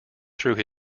through